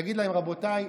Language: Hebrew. תגיד להם: רבותיי,